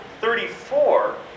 Thirty-four